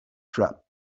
truck